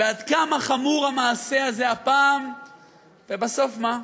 בעד כמה חמור המעשה הזה הפעם, ובסוף, מה?